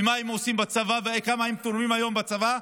ומה הם עושים בצבא וכמה הם תורמים היום בצבא.